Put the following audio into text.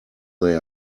they